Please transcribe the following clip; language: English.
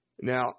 Now